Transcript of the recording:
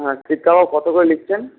হ্যাঁ শিক কাবাব কত করে নিচ্ছেন